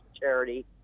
charity